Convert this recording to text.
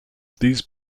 these